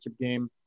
game